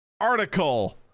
article